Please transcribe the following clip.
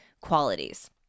qualities